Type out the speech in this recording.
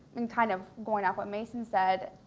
in kind of going off what mason said,